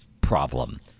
problem